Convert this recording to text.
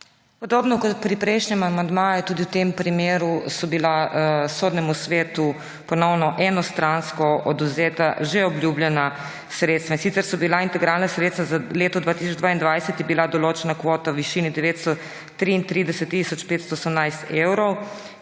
Podobno kot pri prejšnjem amandmaju tudi v tem primeru so bila Sodnemu svetu ponovno enostransko odvzeta že obljubljena sredstva, in sicer je bila za integralna sredstva za leto 2022 določena kvota v višini 933 tisoč 518 evrov,